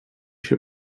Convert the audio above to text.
się